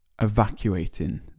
evacuating